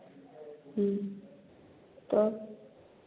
तो